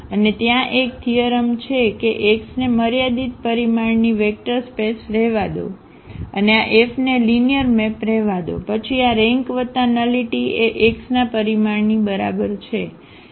અને ત્યાં એક થીઅરમ છે કે X ને મર્યાદિત પરિમાણની વેક્ટર સ્પેસ રહેવા દો અને આ F ને લિનિયર મેપ રહેવા દો પછી આ રેન્ક વત્તા નલિટી એ X ના પરિમાણની બરાબર છે